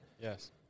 Yes